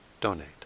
donate